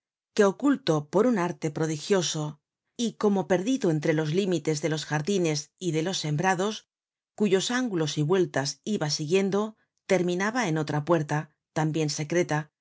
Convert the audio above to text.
que oculto por un arte prodigioso y como perdido entre los límites de los jardines y de los sembrados cuyos ángulos y vueltas iba siguiendo terminaba en otra puerta tambien secreta